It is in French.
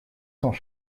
cents